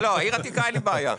עם העיר העתיקה אין לי בעיה.